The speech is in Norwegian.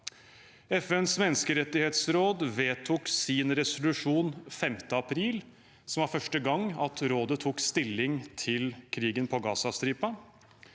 FNs menneskerettighetsråd vedtok sin resolusjon 5. april, som var første gang rådet tok stilling til krigen på Gazastripen,